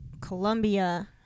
Colombia